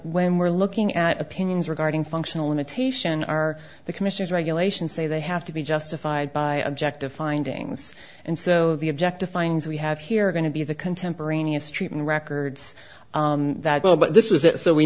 when we're looking at opinions regarding functional limitation are the commission's regulations say they have to be justified by objective findings and so the objective finds we have here going to be the contemporaneous treatment records that well but this was it so we